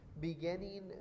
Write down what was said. beginning